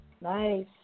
nice